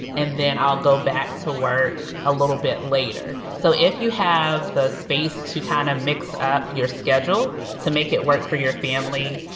and then i'll go back to work a little bit later. so if you have the space to kind of mix up your schedule to make it work for your family,